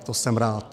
To jsem rád.